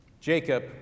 Jacob